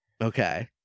Okay